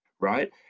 right